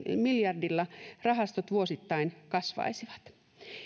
miljardilla rahastot vuosittain kasvaisivat